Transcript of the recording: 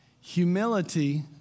Humility